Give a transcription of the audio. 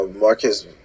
Marcus